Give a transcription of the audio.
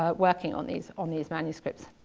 ah working on these on these manuscripts.